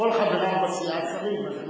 כל חבריו בסיעה שרים.